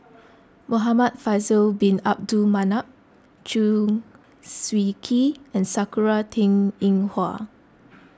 Muhamad Faisal Bin Abdul Manap Chew Swee Kee and Sakura Teng Ying Hua